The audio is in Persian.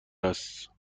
است